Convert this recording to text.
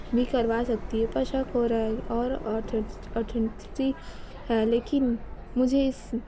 بھی کروا سکتی ہے پر شک ہو رہا ہے اور اتھنسیٹی ہے لیکن مجھے اس